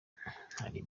hari